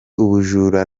ubujura